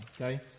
okay